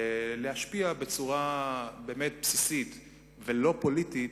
להשפיע בצורה בסיסית באמת, ולא פוליטית,